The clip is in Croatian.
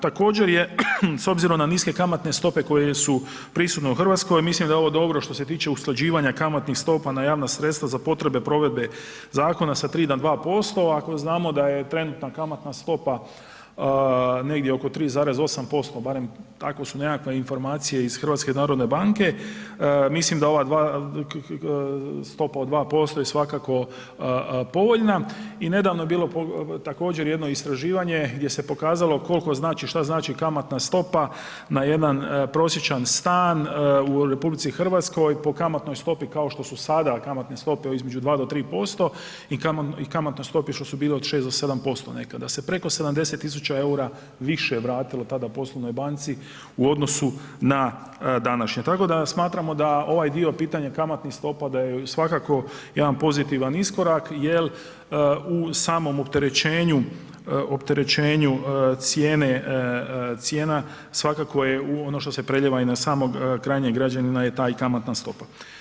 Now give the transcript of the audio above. Također je s obzirom na niske kamatne stope koje su prisutne u RH, mislim da je ovo dobro što se tiče usklađivanja kamatnih stopa na javna sredstva za potrebe provedbe zakona sa 3 na 2% ako znamo da je trenutna kamatna stopa negdje oko 3,8%, barem tako su nekakve informacije iz HNB-a, mislim da ova stopa od 2% je svakako povoljna i nedavno je bilo također jedno istraživanje gdje se pokazalo kolko znači, šta znači kamatna stopa na jedan prosječan stan u RH po kamatnoj stopi kao što su sada kamatne stope između 2 do 3% i kamatnoj stopi što su bile od 6 do 7% nekada, da se preko 70.000,00 EUR-a više vratilo tada poslovnoj banci u odnosu na današnje, tako da smatramo da ovaj dio pitanje kamatnih stopa da je svakako jedan pozitivan iskorak jel u samom opterećenju, opterećenju cijene, cijena svakako je ono što se preljeva i na samog krajnjeg građanina je i ta kamatna stopa.